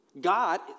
God